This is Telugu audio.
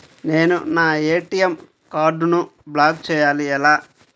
నేను నా ఏ.టీ.ఎం కార్డ్ను బ్లాక్ చేయాలి ఎలా?